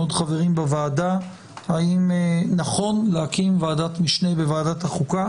חברים נוספים בוועדה האם נכון להקים ועדת משנה בוועדת החוקה